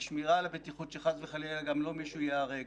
בשמירה על הבטיחות, שחס וחלילה לא ייהרג מישהו.